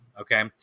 Okay